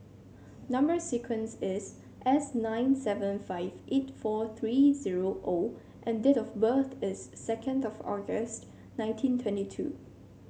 number sequence is S nine seven five eight four three zero O and date of birth is second of August nineteen twenty two